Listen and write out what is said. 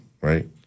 right